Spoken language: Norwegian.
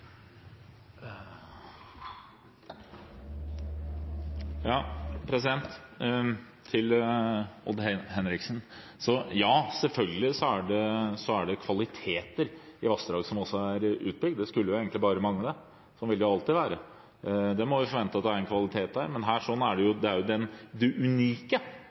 Til Odd Henriksen: Ja, selvfølgelig er det også kvaliteter i vassdrag som er utbygd – det skulle egentlig bare mangle. Slik vil det jo alltid være. Vi må forvente at det er en kvalitet der, men her er det jo det unike ved Øystesevassdraget som blir borte. Det